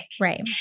right